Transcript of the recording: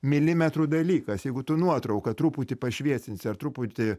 milimetrų dalykas jeigu tu nuotrauką truputį pašviesinsi ar truputį